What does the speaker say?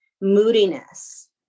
moodiness